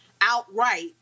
outright